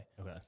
Okay